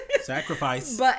Sacrifice